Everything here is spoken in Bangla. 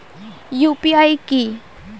ইউ.পি.আই কি?